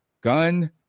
gun